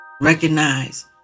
recognize